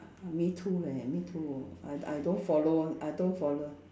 me too eh me too I d~ I don't follow I don't follow